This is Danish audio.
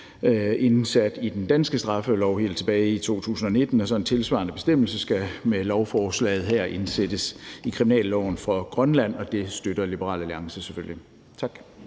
vold i den danske straffelov helt tilbage i 2019, og en tilsvarende bestemmelse skal så med lovforslaget her indsættes i kriminalloven for Grønland, og det støtter Liberal Alliance selvfølgelig. Tak.